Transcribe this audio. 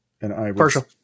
Partial